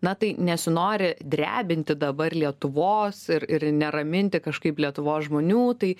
na tai nesinori drebinti dabar lietuvos ir ir neraminti kažkaip lietuvos žmonių tai